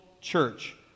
church